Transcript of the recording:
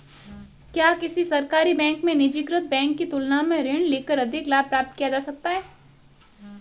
क्या किसी सरकारी बैंक से निजीकृत बैंक की तुलना में ऋण लेकर अधिक लाभ प्राप्त किया जा सकता है?